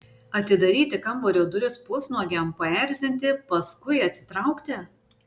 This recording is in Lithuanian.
atidaryti kambario duris pusnuogiam paerzinti paskui atsitraukti